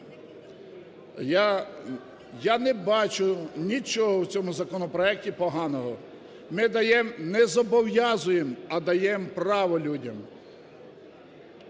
Я не бачу нічого в цьому законопроекті поганого. Ми даємо, не зобов'язуємо, а даємо право людям.